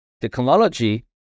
technology